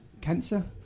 cancer